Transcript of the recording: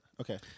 okay